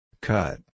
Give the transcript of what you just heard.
Cut